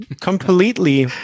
completely